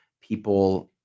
people